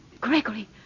Gregory